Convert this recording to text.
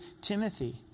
Timothy